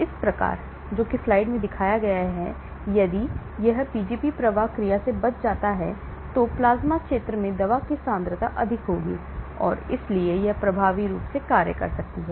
इस प्रकार यदि यह Pgp प्रवाह क्रिया से बच सकता है तो प्लाज्मा क्षेत्र में दवा की सांद्रता अधिक होगी और इसलिए यह प्रभावी रूप से कार्य कर सकती है